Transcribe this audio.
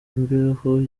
imbeho